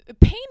pain